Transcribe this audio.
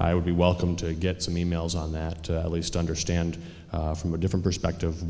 i would be welcome to get some e mails on that at least understand from a different perspective